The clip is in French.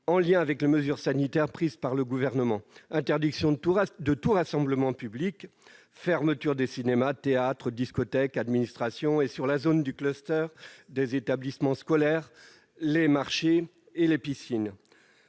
en lien avec les mesures sanitaires prises par le Gouvernement : interdiction de tout rassemblement public, fermeture des cinémas, des théâtres, des discothèques, des administrations et, sur la zone du, des établissements scolaires, des marchés et des piscines,